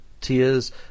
Tears